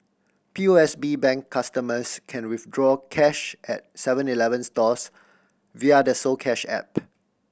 P O S B Bank customers can withdraw cash at Seven Eleven stores via the soCash app